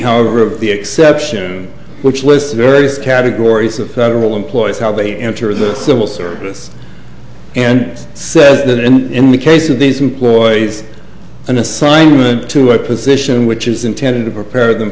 however of the exception which lists various categories of the employees how they enter the civil service and says that in the case of these employees an assignment to a position which is intended to prepare them